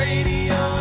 Radio